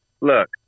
Look